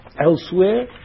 elsewhere